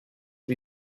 wie